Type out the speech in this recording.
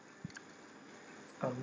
mm